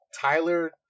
Tyler